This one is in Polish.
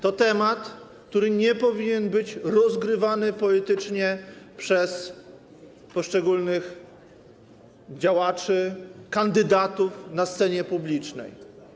To temat, który nie powinien być rozgrywany politycznie przez poszczególnych działaczy, kandydatów na scenie publicznej.